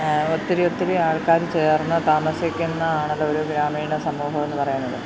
ഒത്തിരി ഒത്തിരി ആള്ക്കാര് ചേർന്നു താമസിക്കുന്നത് ആണല്ലോ ഒരു ഗ്രാമീണ സമൂഹമെന്ന് പറയുന്നത്